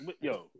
yo